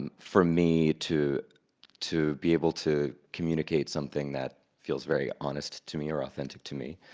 um for me to to be able to communicate something that feels very honest to me or authentic to me.